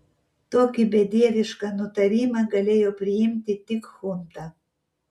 tokį bedievišką nutarimą galėjo priimti tik chunta